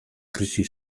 krisi